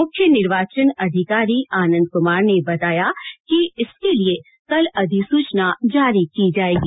मुख्य निर्वाचन अधिकारी आनंद क्मार ने बताया कि इसके लिए कल अधिसूचना जारी की जाएगी